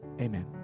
amen